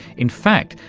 in fact,